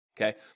Okay